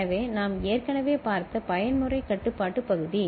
எனவே நாம் ஏற்கனவே பார்த்த பயன்முறை கட்டுப்பாட்டு பகுதி